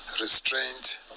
restraint